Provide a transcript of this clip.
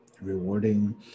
rewarding